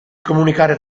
comunicare